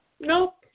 Nope